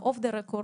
off the record.